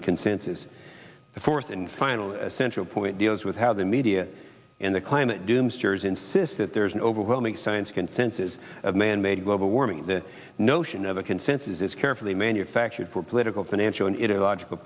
the consensus the fourth and final central point deals with how the media and the climate doomsayers insist that there is an overwhelming science consensus of manmade global warming that notion of a consensus is carefully manufactured for political financial and